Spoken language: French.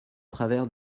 travers